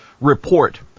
Report